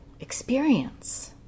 Experience